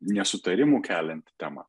nesutarimų kelianti tema